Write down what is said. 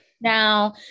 Now